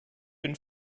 been